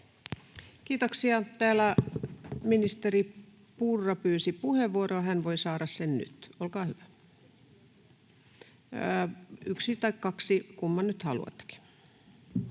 Kiitoksia. — Täällä ministeri Purra pyysi puheenvuoroa. Hän voi saada sen nyt. — Olkaa hyvä. Yksi tai kaksi minuuttia, kumman nyt haluattekin.